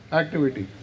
activity